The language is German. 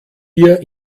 wir